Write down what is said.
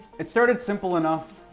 it started simple enough.